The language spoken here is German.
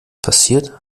passiert